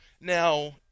Now